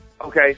Okay